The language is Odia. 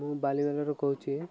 ମୁଁ ବାଲିିଗୁଡ଼ାରୁ କହୁଛି